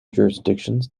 jurisdictions